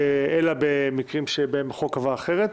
אלא במקרים שבהם החוק קבע אחרת.